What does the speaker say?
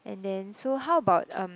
and then so how about um